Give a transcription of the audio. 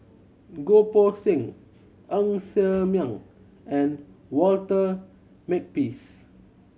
Goh Poh Seng Ng Ser Miang and Walter Makepeace